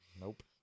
Nope